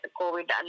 covid